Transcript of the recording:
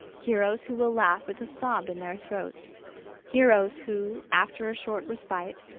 heroes who will laugh with a sob in their throats heroes who, after a short respite,